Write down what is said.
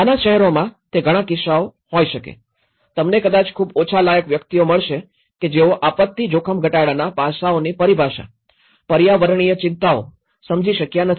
નાના શહેરોમાં તે ઘણા કિસ્સાઓ હોઈ શકે તમને કદાચ ખૂબ ઓછા લાયક વ્યક્તિઓ મળશે કે જેઓ આપત્તિ જોખમ ઘટાડવાના પાસાઓની પરિભાષા પર્યાવરણીય ચિંતાઓ સમજી શક્યા નથી